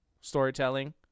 storytelling